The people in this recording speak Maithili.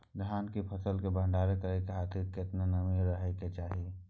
धान की फसल के भंडार करै के खातिर केतना नमी रहै के चाही?